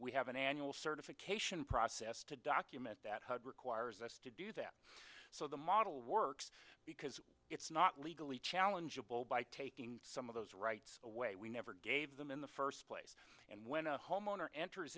we have an annual certification process to document that requires us to do that so the model works it's not legally challengable by taking some of those rights away we never gave them in the first place and when a homeowner enters